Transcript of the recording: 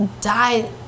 died